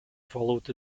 followed